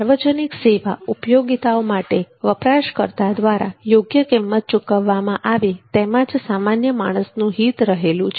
સાર્વજનિક સેવા ઉપયોગીતાઓ માટે વપરાશકર્તા દ્વારા યોગ્ય કિંમત ચૂકવવામાં આવે તેમા જ સામાન્ય માણસનુ હિત રહેલું છે